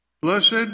Blessed